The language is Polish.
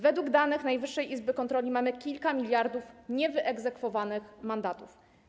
Według danych Najwyższej Izby Kontroli mamy kilka miliardów niewyegzekwowanych mandatów.